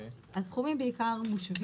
להפעלת מערכת לתיווך באשראי 50,000 שקלים